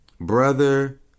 Brother